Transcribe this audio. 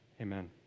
amen